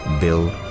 Bill